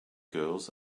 girls